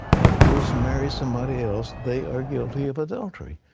and goes and marries somebody else, they are guilty of adultery.